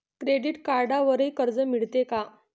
Credit कार्डवरही कर्ज मिळते का?